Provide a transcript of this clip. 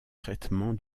traitement